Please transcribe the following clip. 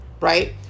right